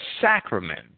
sacrament